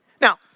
Now